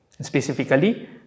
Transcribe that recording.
Specifically